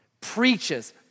preaches